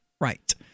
Right